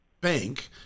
bank